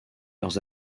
leur